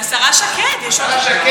השרה שקד, השרה שקד,